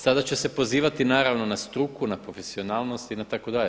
Sada će se pozivati naravno na struku, na profesionalnost i na itd.